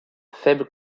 faibles